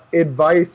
Advice